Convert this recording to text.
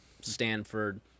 Stanford